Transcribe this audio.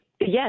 Yes